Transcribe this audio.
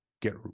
get